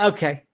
Okay